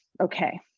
Okay